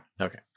Okay